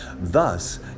Thus